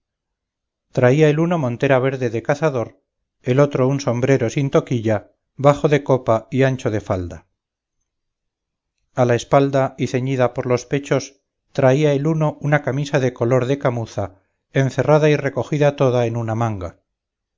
traía el uno montera verde de cazador el otro un sombrero sin toquilla bajo de copa y ancho de falda a la espalda y ceñida por los pechos traía el uno una camisa de color de camuza encerrada y recogida toda en una manga